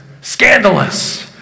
scandalous